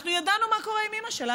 ידענו מה קורה עם אימא שלה.